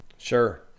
Sure